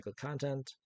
content